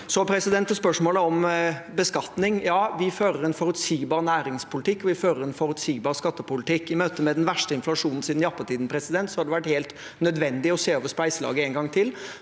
i revers. Så til spørsmålet om beskatning: Ja, vi fører en forutsigbar næringspolitikk, og vi fører en forutsigbar skattepolitikk. I møte med den verste inflasjonen siden jappetiden har det vært helt nødvendig å se over spleiselaget en gang til.